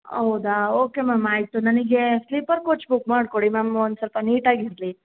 ಹೌದಾ okay ma'am ಆಯಿತು ನನಗೆ ಸ್ಲೀಪರ್ ಕೋಚ್ ಬುಕ್ ಮಾಡಿ ಕೊಡಿ ಮ್ಯಾಮ್ ಒಂದು ಸ್ವಲ್ಪ ನೀಟಾಗಿ ಇರಲಿ